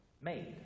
made